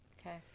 Okay